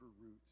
roots